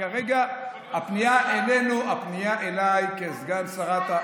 כרגע הפנייה אליי כסגן שרת החינוך,